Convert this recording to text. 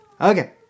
okay